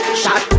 shot